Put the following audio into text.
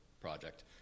project